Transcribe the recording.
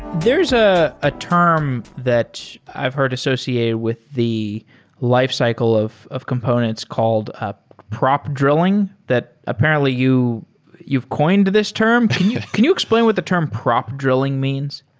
there's a ah term that i've heard associated with the lifecycle of of components called ah prop drilling, that apparently you've coined this term. can you explain what the term prop drilling means?